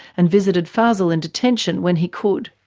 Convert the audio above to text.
and visited fazel in detention when he could.